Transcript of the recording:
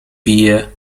pije